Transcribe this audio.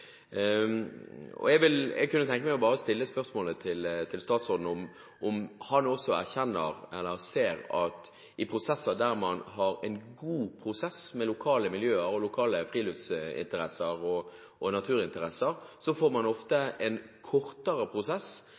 Jeg kunne tenke meg å stille spørsmål til statsråden om han også erkjenner – eller ser – at der man har en god prosess med lokale miljøer, friluftsinteresser og naturinteresser, får man ofte en kortere prosess